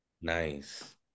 Nice